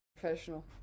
professional